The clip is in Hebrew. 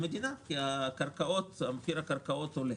המדינה, כי מחיר הקרקעות עולה.